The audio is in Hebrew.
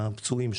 הפצועים,